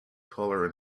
color